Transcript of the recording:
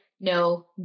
no